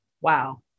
Wow